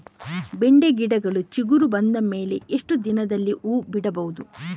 ಬೆಂಡೆ ಗಿಡಗಳು ಚಿಗುರು ಬಂದ ಮೇಲೆ ಎಷ್ಟು ದಿನದಲ್ಲಿ ಹೂ ಬಿಡಬಹುದು?